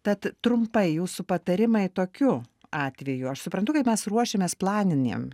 tad trumpai jūsų patarimai tokiu atveju aš suprantu kaip mes ruošiamės planinėm